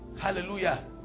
Hallelujah